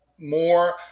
More